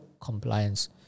compliance